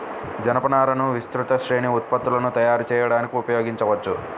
జనపనారను విస్తృత శ్రేణి ఉత్పత్తులను తయారు చేయడానికి ఉపయోగించవచ్చు